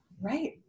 Right